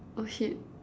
oh shit